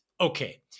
Okay